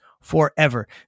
forever